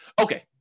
Okay